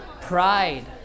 Pride